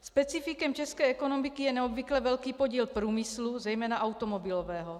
Specifikem české ekonomiky je neobvykle velký podíl průmyslu, zejména automobilového.